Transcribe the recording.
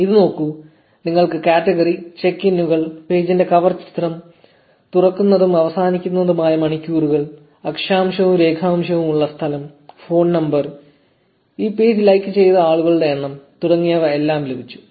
1436 ഇത് നോക്കൂ നിങ്ങൾക്ക് കാറ്റഗറി ചെക്ക് ഇന്നുകൾ പേജിന്റെ കവർ ചിത്രം തുറക്കുന്നതും അവസാനിക്കുന്നതുമായ മണിക്കൂറുകൾ അക്ഷാംശവും രേഖാംശവും ഉള്ള സ്ഥലം ഫോൺ നമ്പർ ഈ പേജ് ലൈക്ക് ചെയ്ത ആളുകളുടെ എണ്ണം തുടങ്ങിയവ എല്ലാം ലഭിച്ചു